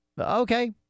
okay